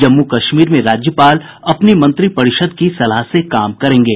जम्मू कश्मीर में राज्यपाल अपनी मंत्रिपरिषद की सलाह से काम करेंगे